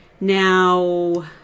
now